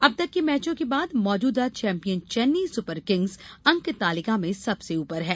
अब तक के मैचों के बाद मौजूदा चैंपियन चेन्नई सुपर किंग्स अंक तालिका में सबसे ऊपर है